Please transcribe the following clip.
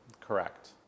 Correct